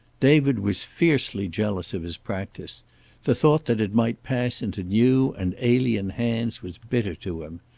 david was fiercely jealous of his practice the thought that it might pass into new and alien hands was bitter to him.